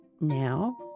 now